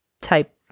type